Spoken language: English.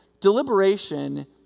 Deliberation